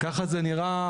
ככה זה נראה,